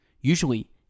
Usually